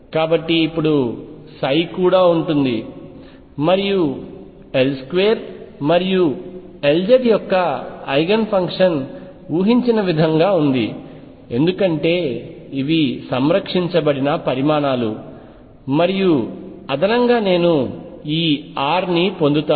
కాబట్టి ఇప్పుడు కూడా ఉంది మరియు L2 మరియు Lz యొక్క ఐగెన్ ఫంక్షన్ ఊహించిన విధంగా ఉంది ఎందుకంటే ఇవి సంరక్షించబడిన పరిమాణాలు మరియు అదనంగా నేను ఈ r ని పొందుతాను